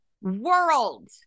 world